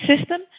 system